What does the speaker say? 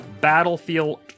Battlefield